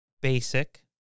Basic